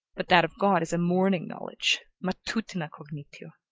but that of god is a morning knowledge, matutina cognitio.